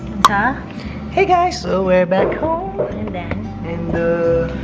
ah hey guys, so we're back home and then and